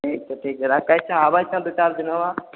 ठीक छै ठीक छै राखै छिऐ आबै छिऐ दू चारि दिनमे